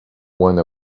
one